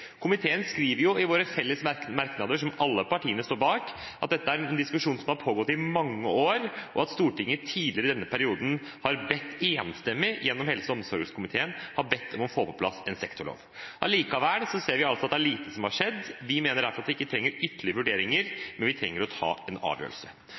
Komiteen skriver i sine felles merknader, som alle partiene står bak, at dette er en diskusjon som har pågått i mange år, og at Stortinget tidligere i denne perioden, gjennom helse- og omsorgskomiteen, enstemmig har bedt om å få på plass en sektorlov. Allikevel ser vi at det er lite som har skjedd. Vi mener derfor at vi ikke trenger